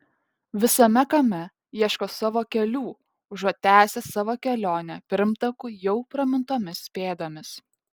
visame kame ieško savo kelių užuot tęsę savo kelionę pirmtakų jau pramintomis pėdomis